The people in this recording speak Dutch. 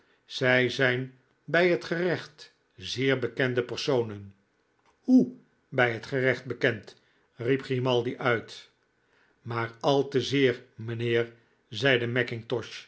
zij zijn bij het gerecht zeer bekende personen hoe bij het gerecht bekend riep grimaldi uit maar al te zeer mijnheer zeide